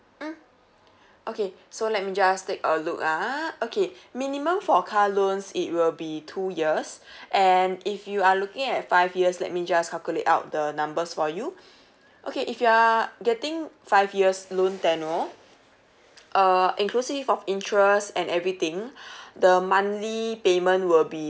mm okay so let me just take a look ah okay minimum for car loans it will be two years and if you are looking at five years let me just calculate out the numbers for you okay if you are getting five years loan tenure uh inclusive of interest and everything the monthly payment will be